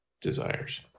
desires